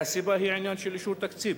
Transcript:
והסיבה היא עניין של אישור תקציב,